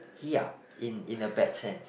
ya in in a bad sense